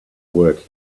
work